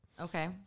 Okay